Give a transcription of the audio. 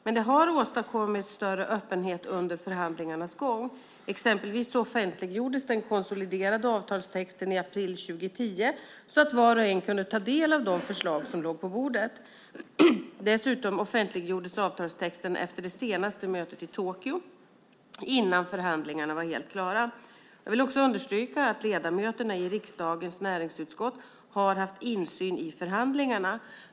Det har dock åstadkommits större öppenhet under förhandlingarnas gång. Exempelvis offentliggjordes den konsoliderade avtalstexten i april 2010, så att var och en kunde ta del av de förslag som låg på bordet. Dessutom offentliggjordes avtalstexten efter det senaste mötet i Tokyo, innan förhandlingarna var helt klara. Jag vill också understryka att ledamöterna i riksdagens näringsutskott har haft insyn i förhandlingarna.